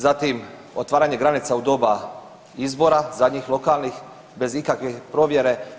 Zatim otvaranje granica u doba izbora zadnjih lokalnih bez ikakve provjere.